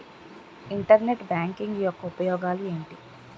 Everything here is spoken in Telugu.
ఇంటర్నెట్ బ్యాంకింగ్ యెక్క ఉపయోగాలు ఎంటి?